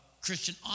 Christian